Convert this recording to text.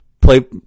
play